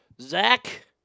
Zach